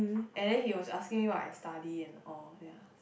and then he was asking me what I study and all ya